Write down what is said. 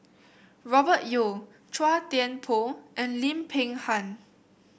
Robert Yeo Chua Thian Poh and Lim Peng Han